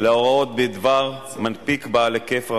תודה לכבוד השר.